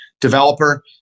developer